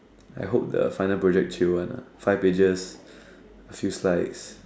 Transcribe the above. I hope the final project chill [one] ah five pages a few slide